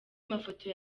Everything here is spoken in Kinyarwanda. mafoto